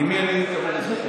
ממי אני מקבל עזרה?